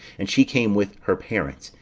and she came with her parents,